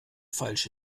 falsch